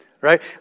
right